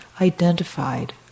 identified